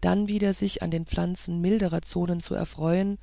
dann wieder sich an den pflanzen milderer zonen zu erfreuen